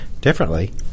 differently